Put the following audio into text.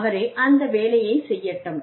அவரே அந்த வேலையைச் செய்யட்டும்